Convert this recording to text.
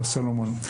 מר סולומון.